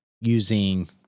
using